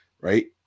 right